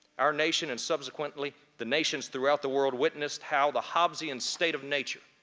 our nation and subsequently the nations throughout the world witnessed how the hobbesian state of nature,